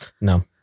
No